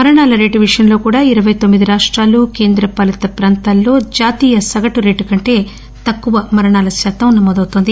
మరణాల రేటు విషయంలో కూడా ఇరవై తొమ్మిది రాష్టాలు కేంద్ర పాలిత ప్రాంతాల్లో జాతీయ సగటు రేటు కంటే తక్కువ మరణాల శాతం నమోదవుతోంది